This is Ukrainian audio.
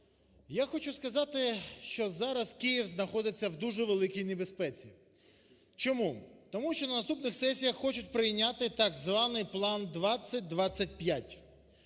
Я хочу сказати, що зараз Київ знаходиться у дуже великій небезпеці. Чому? Тому що на наступних сесіях хочуть прийняти так званий план - 2025.